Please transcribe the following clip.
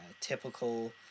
typical